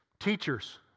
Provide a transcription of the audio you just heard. Teachers